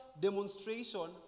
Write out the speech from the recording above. demonstration